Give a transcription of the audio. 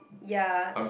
ya